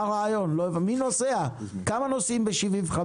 כמה בני 75 נוסעים?